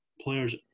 players